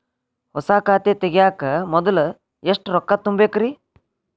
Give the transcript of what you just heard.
ಹೊಸಾ ಖಾತೆ ತಗ್ಯಾಕ ಮೊದ್ಲ ಎಷ್ಟ ರೊಕ್ಕಾ ತುಂಬೇಕ್ರಿ?